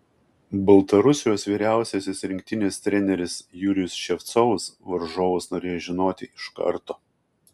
baltarusijos vyriausiasis rinktinės treneris jurijus ševcovas varžovus norėjo žinoti iš karto